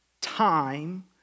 time